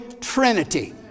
Trinity